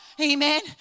Amen